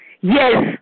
Yes